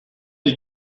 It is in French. des